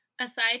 Aside